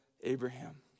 Abraham